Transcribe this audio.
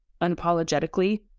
unapologetically